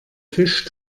fisch